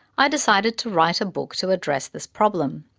i decided to write a book to address this problem.